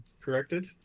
corrected